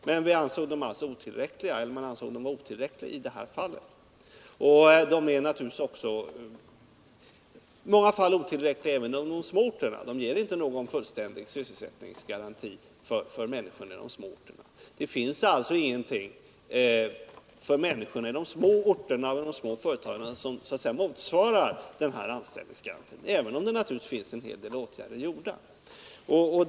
Dessa instrument ansågs emellertid vara otillräckliga i det här fallet. De är naturligtvis också i många fall otillräckliga även på de små orterna, eftersom de inte innebär någon fullständig sysselsättningsgaranti för människorna där. Det finns alltså inte någonting för människorna på de små orterna eller i de små företagen som motsvarar den här anställningsgarantin, även om en del åtgärder naturligtvis vidtagits.